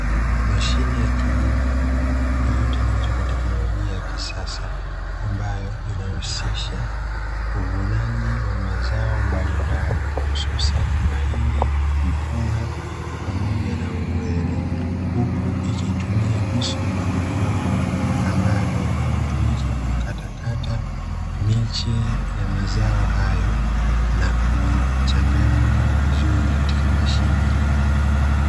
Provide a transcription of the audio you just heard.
Mashine ya kilimo iliyotengenezwa kwa teknolojia ya kisasa ambayo inahusisha uvunaji wa mazao mbalimbali, hususani mahindi, mpunga, pamoja na uwele, huku ikitumia visu vidogovidogo ambavyo hutumika kukatakata miche ya mazao hayo na kuichanganya vizuri katika mashine hii.